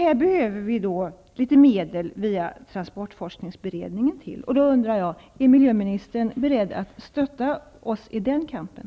Till detta behövs litet medel via transportforskningsberedningen. Jag undrar därför om miljöministern är beredd att stötta oss i den kampen.